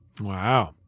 Wow